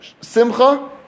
Simcha